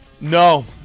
No